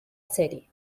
serie